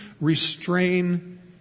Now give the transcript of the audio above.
restrain